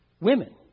Women